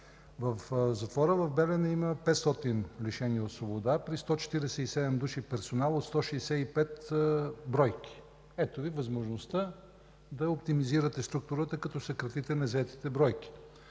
в затвора в Белене има 500 лишени от свобода при 147 души персонал от 165 бройки. Ето Ви възможността да оптимизирате структурата като съкратите незаетите бройки.